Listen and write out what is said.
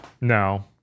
No